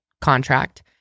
contract